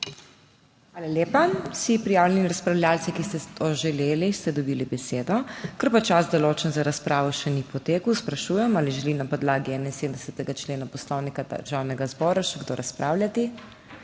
Hvala lepa. Vsi prijavljeni razpravljavci, ki ste to želeli, ste dobili besedo. Ker čas, določen za razpravo, še ni potekel, sprašujem, ali želi na podlagi 71. člena Poslovnika Državnega zbora še kdo razpravljati.